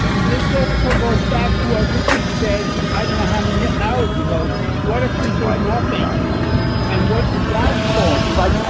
this ah so goes back to a richard said, i don't know how many yeah hours ago what if we did nothing and what would that cost.